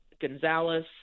Gonzalez